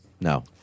No